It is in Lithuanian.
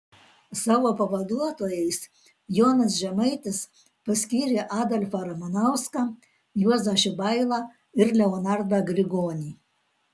savo pavaduotojais jonas žemaitis paskyrė adolfą ramanauską juozą šibailą ir leonardą grigonį